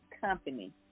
company